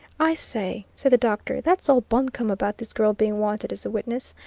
i say, said the doctor, that's all bunkum about this girl being wanted as a witness.